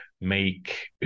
make